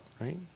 right